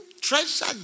treasure